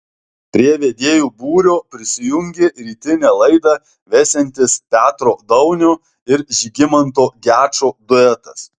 prie vedėjų būrio prisijungė rytinę laidą vesiantis petro daunio ir žygimanto gečo duetas